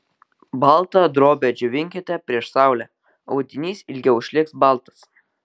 baltą drobę džiovinkite prieš saulę audinys ilgiau išliks baltas